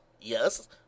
Yes